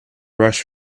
rushed